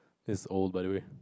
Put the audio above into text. it's old by the way